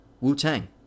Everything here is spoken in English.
Wu-Tang